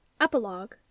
Epilogue